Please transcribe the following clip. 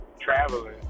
traveling